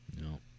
No